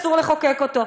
אסור לחוקק אותו.